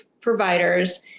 providers